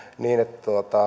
niin että